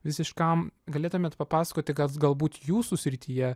visiškam galėtumėt papasakoti kas galbūt jūsų srityje